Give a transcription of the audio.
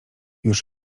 już